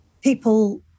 people